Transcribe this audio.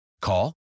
Call